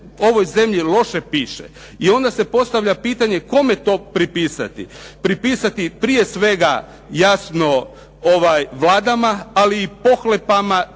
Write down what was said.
ovoj zemlji loše piše. I onda se postavlja pitanje kome to pripisati? Pripisati prije svega jasno vladama ali i pohlepama